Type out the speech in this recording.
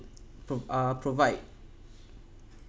prov~ uh provide